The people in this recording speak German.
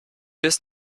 bis